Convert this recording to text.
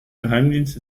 geheimdienst